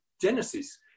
genesis